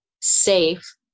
safe